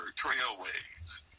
trailways